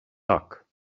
tak